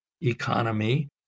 economy